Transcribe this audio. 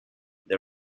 the